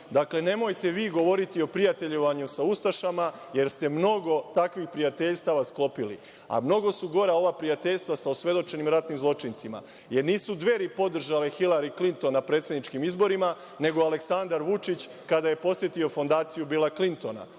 nemojte vi govoriti o prijateljovanju sa ustašama, jer ste mnogo takvih prijateljstava sklopili, a mnogo su gora ova prijateljstva sa osvedočenim ratnim zločincima, jer nisu Dveri podržale Hilari Klinton na predsedničkim izborima, nego Aleksandar Vučić kada je posetio Fondaciju Bila Klintona,